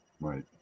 Right